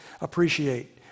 appreciate